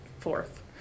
fourth